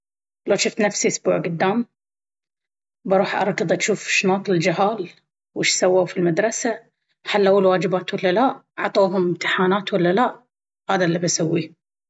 لو جفت نفسي إسبوع قدام، بروح أركض أجوف شناط الجهال، وش سوو في المدرسة حلو الواجبات ولا لا؟ عطوهم امتحانات ولا لا؟ هذا اللي بسويه أول شي وثاني شي بتواصل مع أهلي وأسأل عنهم وعن صحتهم وبجوف أخبار الدنيا شصار عليها من جديد ووش صار في الدنيا وخصوصا العالم الإسلامي.